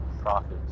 profits